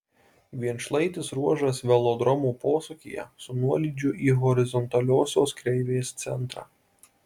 vienšlaitis ruožas velodromo posūkyje su nuolydžiu į horizontaliosios kreivės centrą